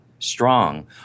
strong